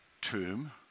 tomb